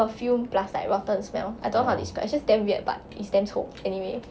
perfume plus like rotten smell I don't know how to describe it's just damn weird but it's damn 臭 anyway